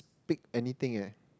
pick anything eh